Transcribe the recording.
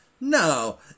No